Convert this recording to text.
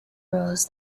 rules